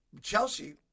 Chelsea